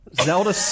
Zelda